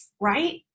right